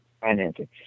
financing